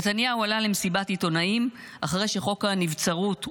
נתניהו עלה למסיבת עיתונאים אחרי שחוק הנבצרות אושר,